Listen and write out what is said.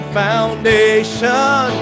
foundation